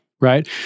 right